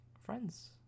friends